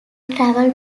traveled